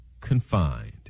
confined